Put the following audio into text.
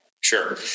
Sure